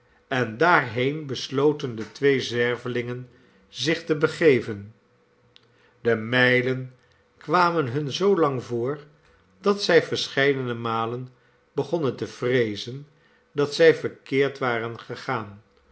en daarheen besloten de twee zwerveiingen zich te begeven de mijlen kwamen hun zoo lang voor dat zij verscheidene malen begonnen te vreezen dat zij verkeerd waren gegaan